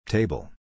Table